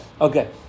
Okay